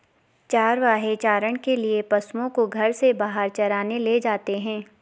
चरवाहे चारण के लिए पशुओं को घर से बाहर चराने ले जाते हैं